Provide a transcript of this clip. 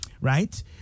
right